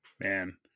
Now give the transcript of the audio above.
Man